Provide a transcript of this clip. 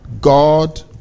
God